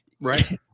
Right